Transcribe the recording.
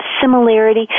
similarity